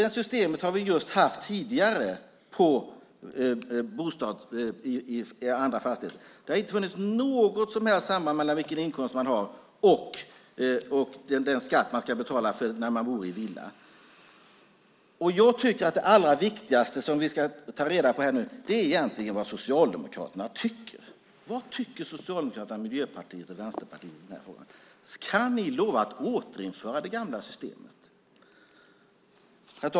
Det systemet har vi haft tidigare. Det har inte funnits något samband mellan inkomsten och den skatt man ska betala när man bor i villa. Jag tycker att det viktigaste är att ta reda på vad Socialdemokraterna tycker. Vad tycker Socialdemokraterna, Vänsterpartiet och Miljöpartiet i den här frågan? Kan ni lova att återinföra det gamla systemet?